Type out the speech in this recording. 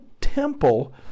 temple